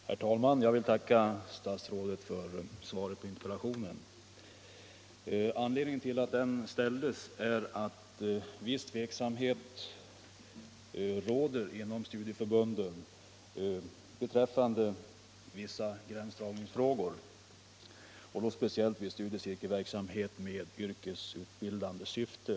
Herr talman! Jag vill tacka statsrådet för svaret på interpellationen. Anledningen till att interpellationen framställdes är att viss tveksamhet råder inom studieförbunden beträffande vissa gränsdragningsfrågor, speciellt när det gäller studiecirkelverksamhet med yrkesutbildande syfte.